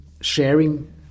sharing